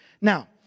Now